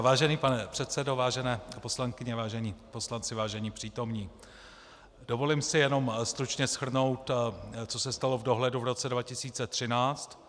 Vážený pane předsedo, vážené poslankyně, vážení poslanci, vážení přítomní, dovolím si jenom stručně shrnout, co se stalo v dohledu v roce 2013.